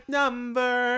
number